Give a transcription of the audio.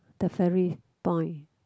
the ferry point